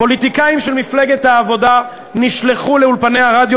פוליטיקאים של מפלגת העבודה נשלחו לאולפני הרדיו